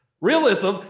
Realism